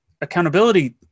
accountability